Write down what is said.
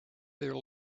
their